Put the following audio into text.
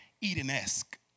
Eden-esque